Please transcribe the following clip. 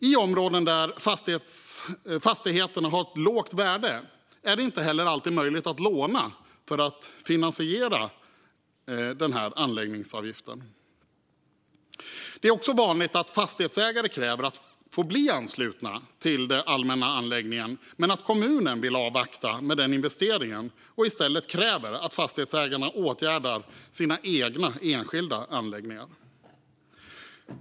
I områden där fastigheterna har lågt värde är det heller inte alltid möjligt att låna för att finansiera anläggningsavgiften. Det är också vanligt att fastighetsägare kräver att få bli anslutna till den allmänna anläggningen men att kommunen vill avvakta med den investeringen och i stället kräver att fastighetsägarna åtgärdar sina egna enskilda anläggningar.